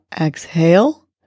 exhale